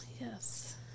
Yes